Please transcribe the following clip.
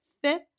fifth